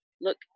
look